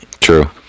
True